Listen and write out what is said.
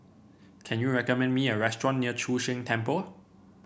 can you recommend me a restaurant near Chu Sheng Temple